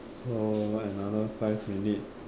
so another five minute